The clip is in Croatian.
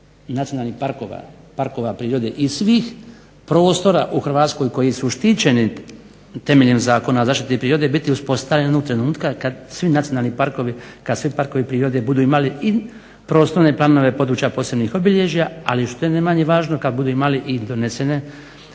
parkova, parkova prirode i svih prostora u Hrvatskoj koji su štićeni temeljem Zakona o zaštiti prirode biti uspostavljeni onog trenutka kad svi nacionalni parkovi, kad svi parkovi prirode budu imali i prostorne planove područja posebnih obilježja, ali što je ne manje važno kad budu imali i donesene